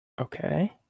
Okay